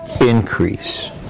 increase